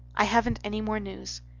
i haven't any more news.